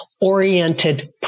oriented